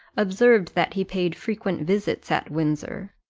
observed that he paid frequent visits at windsor,